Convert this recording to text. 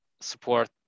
support